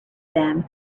them